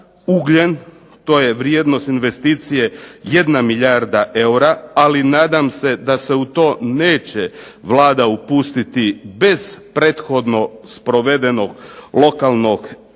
ugljen. To je vrijednost investicije jedna milijarda eura, ali nadam se da se u to neće Vlada upustiti bez prethodno sprovedenog lokalnog referenduma.